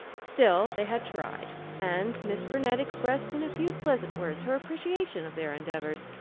still, they had tried, and miss burnett expressed in a few pleasant words her appreciation of their endeavors,